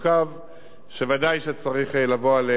שוודאי שצריך לבוא על תיקונו,